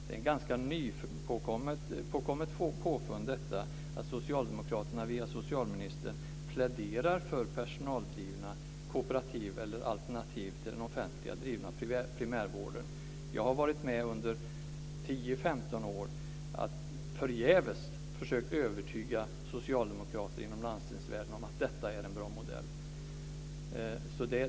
Det är ett ganska nytt påfund detta att Socialdemokraterna via socialministern pläderar för personaldrivna kooperativ eller alternativ till den offentligt drivna primärvården. Jag har under 10-15 år varit med och förgäves försökt övertyga socialdemokrater inom landstingsvärlden om att detta är en bra modell.